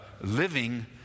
living